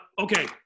Okay